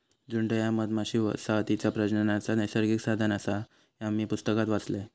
झुंड ह्या मधमाशी वसाहतीचा प्रजननाचा नैसर्गिक साधन आसा, ह्या मी पुस्तकात वाचलंय